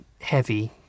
heavy